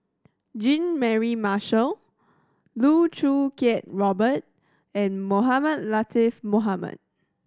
Jean Mary Marshall Loh Choo Kiat Robert and Mohamed Latiff Mohamed